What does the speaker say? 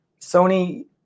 Sony